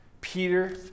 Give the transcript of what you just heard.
Peter